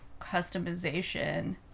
customization